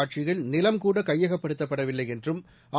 ஆட்சியில் நிலம் கூட கையகப்படுத்தப்படவிலை என்றும் அ